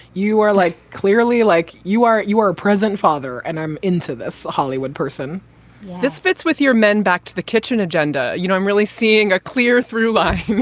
you are like clearly like you are you are a present father. and i'm into this hollywood person this fits with your men back to the kitchen agenda you know, i'm really seeing a clear through. like